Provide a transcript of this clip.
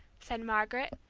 said margaret,